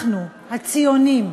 אנחנו הציונים,